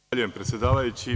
Zahvaljujem, predsedavajući.